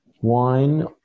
wine